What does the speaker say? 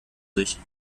sich